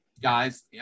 guys